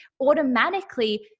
automatically